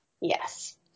Yes